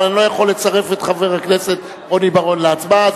אבל אני לא יכול לצרף את חבר הכנסת רוני בר-און להצבעה.